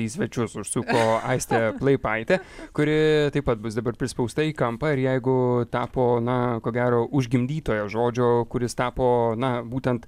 į svečius užsuko aistė plaipaitė kuri taip pat bus dabar prispausta į kampą ir jeigu tapo na ko gero už gimdytojo žodžio kuris tapo na būtent